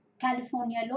California